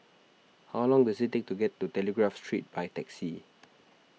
how long does it take to get to Telegraph Street by taxi